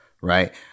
right